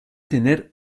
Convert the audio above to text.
tener